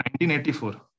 1984